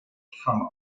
from